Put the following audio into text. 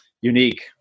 unique